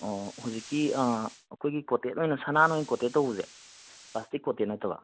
ꯑꯣ ꯍꯧꯖꯤꯛꯀꯤ ꯑꯩꯈꯣꯏꯒꯤ ꯀꯣꯇꯦꯠ ꯑꯣꯏꯅ ꯁꯅꯥꯅ ꯑꯣꯏꯅ ꯀꯣꯇꯦꯠ ꯇꯧꯕꯁꯦ ꯄ꯭ꯂꯥꯁꯇꯤꯛ ꯀꯣꯇꯦꯠ ꯅꯠꯇꯕ